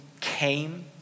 came